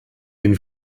den